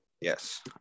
Yes